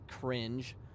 cringe